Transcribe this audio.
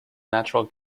natural